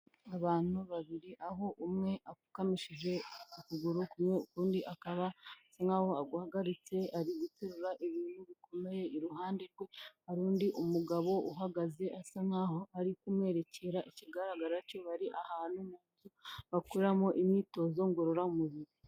Abantu babiri, aho umwe apfukamishije ukuguru kumwe, ukunndi akaba asa nkaho aguhagaritse, ari guterura ibintu bikomeye, iruhande rwe hari undi umugabo uhagaze asa nkaho ari kumwerekera, ikigaragara cyo bari ahantu bakoreramo imyitozo ngororamubiri.